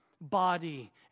body